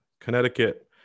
Connecticut